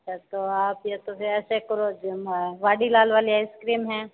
अच्छा तो आप या तो फिर ऐसे करो जम वाडीलाल वाली आइसक्रीम है